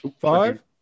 Five